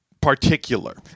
particular